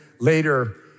later